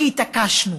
כי התעקשנו.